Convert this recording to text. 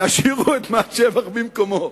ותשאירו את מס שבח במקומו.